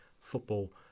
football